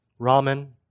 ramen